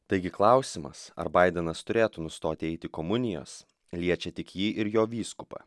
taigi klausimas ar baidenas turėtų nustoti eiti komunijos liečia tik jį ir jo vyskupą